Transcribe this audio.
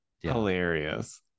hilarious